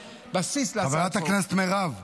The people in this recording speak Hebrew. הינה, אני ומירב ביחד.